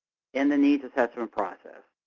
in the needs assessment process,